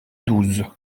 douze